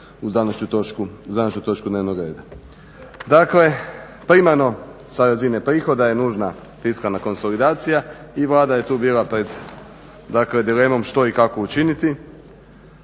uz današnju točku dnevnog reda. Dakle primarno sa razine prihoda je nužna fiskalna konsolidacija i Vlada je tu bila pred dakle dilemom što i kako učiniti.